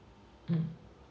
mm